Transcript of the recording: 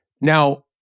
Now